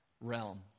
realm